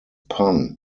pun